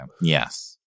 Yes